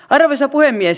arvoisa puhemies